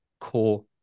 core